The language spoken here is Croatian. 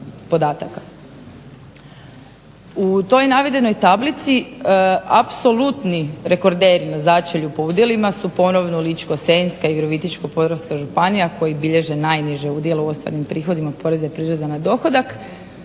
U toj navedenoj tablici apsolutni rekorderi na začelju po udjelima su ponovno Ličko-senjska i Virovitičko-podravska županija koji bilježe najniže udjele u ostvarenim prihodima poreza i prireza na dohodak.